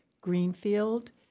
Greenfield